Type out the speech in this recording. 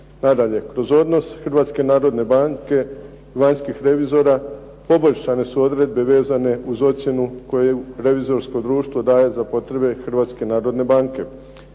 Nadalje, kroz odnos "Hrvatske narodne banke", vanjskih revizora, poboljšane su odredbe vezane uz ocjenu koju Revizorsko društvo daje za potrebe HNB-a. Zatim,